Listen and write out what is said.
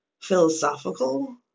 philosophical